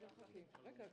שלום רב, אני